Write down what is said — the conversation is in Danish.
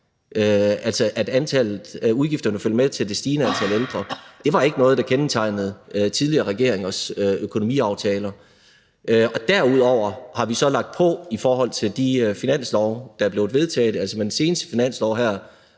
at udgifterne følger med til det stigende antal ældre. Det var ikke noget, der kendetegnede tidligere regeringers økonomiaftaler. Derudover har vi så lagt på i forhold til de finanslove, der er blevet vedtaget. Altså, med den seneste finanslov her